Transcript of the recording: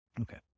Okay